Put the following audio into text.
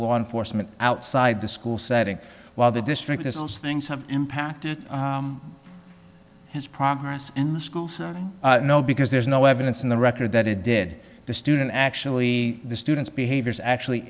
law enforcement outside the school setting while the district is also things have impacted his progress in the school so no because there's no evidence in the record that it did the student actually the student's behavior is actually